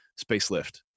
Spacelift